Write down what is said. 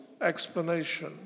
explanation